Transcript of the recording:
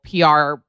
PR